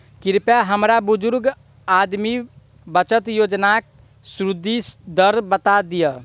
कृपया हमरा बुजुर्ग आदमी बचत योजनाक सुदि दर बता दियऽ